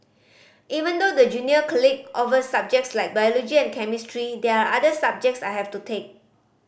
even though the junior offer subjects like biology and chemistry there are other subjects I have to take